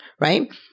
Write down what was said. right